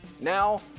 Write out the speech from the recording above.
Now